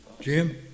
Jim